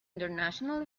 international